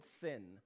sin